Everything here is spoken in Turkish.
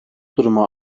duruma